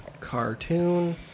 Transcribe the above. cartoon